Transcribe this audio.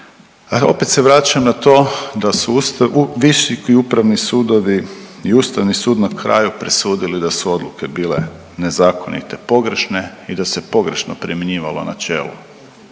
Opet se vraćam na to su viši i upravni sudovi i Ustavni sud na kraju presudili da su odluke bili nezakonite, pogrešne i da se pogrešno primjenjivalo načelo